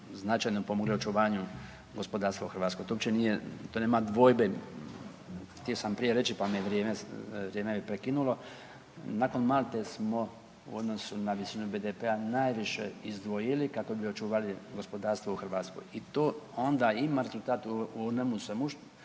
značajno pomogle očuvanju gospodarstva u Hrvatskoj. To uopće nije, to nema dvojbe, htio sam prije reći, pa me vrijeme, vrijeme me prekinulo. Nakon Malte smo u odnosu na visinu BDP-a najviše izdvojili kako bi očuvali gospodarstvo u Hrvatskoj i to onda ima rezultat, …/Govornik